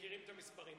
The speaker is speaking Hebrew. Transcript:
מכירים את המספרים.